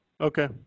Okay